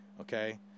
okay